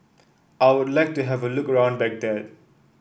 I would like to have a look ground Baghdad